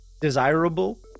desirable